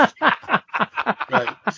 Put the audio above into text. right